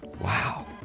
Wow